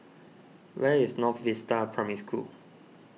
where is North Vista Primary School